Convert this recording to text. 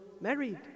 married